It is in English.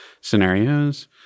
scenarios